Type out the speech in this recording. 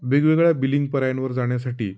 वेगवेगळ्या बिलिंग पर्यांयांवर जाण्यासाठी